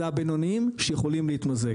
זה הבינוניים שיכולים להתמזג.